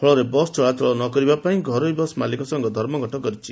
ଫଳରେ ବସ୍ ଚଳାଚଳ ନ କରିବା ନେଇ ଘରୋଇ ବସ୍ ମାଲିକ ସଂଘ ଧର୍ମଘଟ କରିଛି